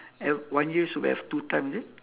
ev~ one year should have two time is it